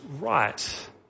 right